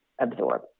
absorb